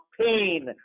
pain